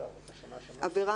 עבירה